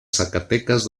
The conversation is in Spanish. zacatecas